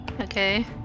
Okay